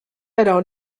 alors